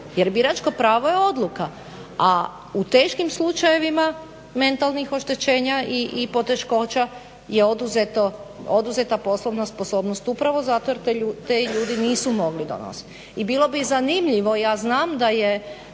jer biračko pravo je odluka a u teškim slučajevima mentalnih oštećenja i poteškoća je oduzeta poslovna sposobnost upravo zato jer ti ljudi nisu mogli donositi. I bilo bi zanimljivo, ja znam da je